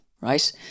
right